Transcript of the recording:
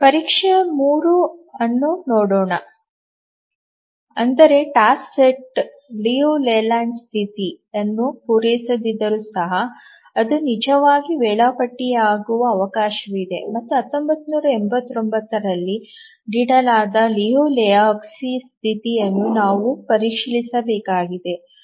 ಪರೀಕ್ಷಾ 3 ಅನ್ನು ನೋಡೋಣ ಅಂದರೆ ಟಾಸ್ಕ್ ಸೆಟ್ ಲಿಯು ಲೇಲ್ಯಾಂಡ್ ಸ್ಥಿತಿಯನ್ನು ಪೂರೈಸದಿದ್ದರೂ ಸಹ ಅದು ನಿಜವಾಗಿ ವೇಳಾಪಟ್ಟಿಯಾಗುವ ಅವಕಾಶವಿದೆ ಮತ್ತು 1989 ರಲ್ಲಿ ನೀಡಲಾದ ಲಿಯು ಲೆಹೋಜ್ಕಿ ಸ್ಥಿತಿಯನ್ನು ನಾವು ಪರಿಶೀಲಿಸಬೇಕಾಗಿದೆ